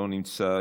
לא נמצא,